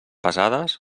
pesades